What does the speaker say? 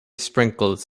sprinkles